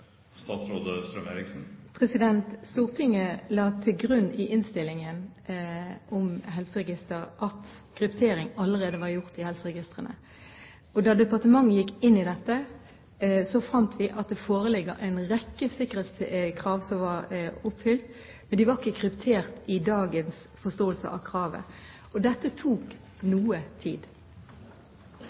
Stortinget la til grunn i innstillingen om helseregistre at kryptering allerede var gjort i helseregistrene. Da departementet gikk inn i dette, fant vi at det foreligger en rekke sikkerhetskrav som var oppfylt, men de var ikke kryptert i dagens forståelse av kravet. Dette tok noe tid.